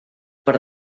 per